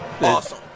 Awesome